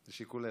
לשיקולך,